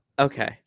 Okay